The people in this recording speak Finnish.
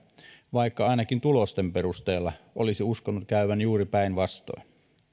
vaikka ainakin tulosten perusteella olisi uskonut käyvän juuri päinvastoin onko